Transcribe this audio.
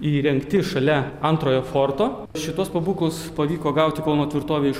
įrengti šalia antrojo forto šituos pabūklus pavyko gauti kauno tvirtovėj iš